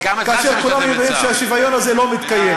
כאשר כולנו יודעים שהשוויון הזה לא מתקיים.